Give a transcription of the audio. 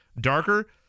darker